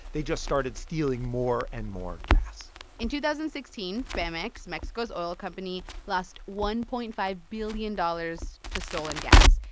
they just started stealing more and more gas in two thousand and sixteen, pemex, mexico's oil company, lost one point five billion dollars to stolen gas,